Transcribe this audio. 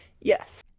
yes